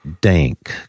Dank